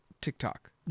TikTok